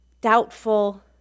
doubtful